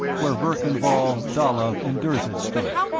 where verkan vall, dalla and dirzed stood.